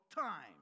time